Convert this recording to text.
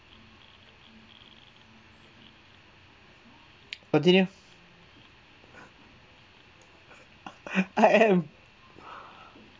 continue I am